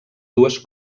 dues